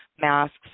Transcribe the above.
masks